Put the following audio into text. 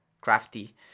crafty